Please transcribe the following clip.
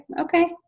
okay